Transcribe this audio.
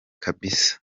kabisa